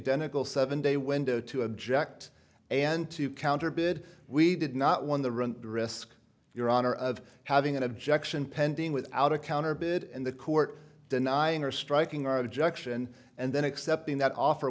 identical seven day window to object and to counter bid we did not want the run the risk your honor of having an objection pending without a counter bid and the court denying or striking our objection and then accepting that offer